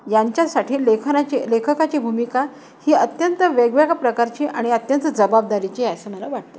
यांच्यासाठी लेखनाची लेखकाची भूमिका ही अत्यंत वेगवेगळ्या प्रकारची आणि अत्यंत जबाबदारीची असं मला वाटतं